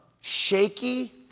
shaky